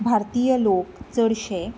भारतीय लोक चडशे